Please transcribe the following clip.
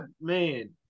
man